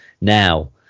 Now